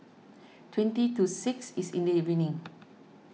twenty to six is in the evening